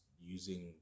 using